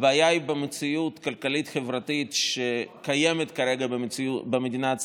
הבעיה היא במציאות הכלכלית-חברתית שקיימת כרגע במדינת ישראל,